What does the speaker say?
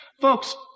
Folks